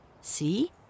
See